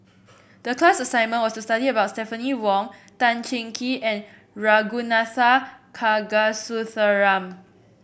the class assignment was to study about Stephanie Wong Tan Cheng Kee and Ragunathar Kanagasuntheram